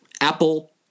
Apple